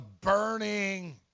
burning